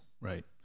Right